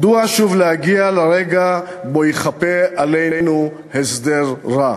מדוע שוב להגיע לרגע שבו ייכפה עלינו הסדר רע?